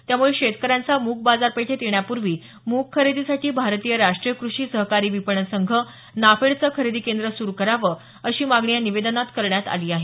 त्यामुळे शेतकऱ्यांचा मूग बाजारपेठेत येण्यापूर्वी मूग खरेदीसाठी भारतीय राष्ट्रीय कृषि सहकारी विपणन संघ नाफेडचं खरेदी केंद्र सुरू करावं अशी मागणी या निवेदनात करण्यात आली आहे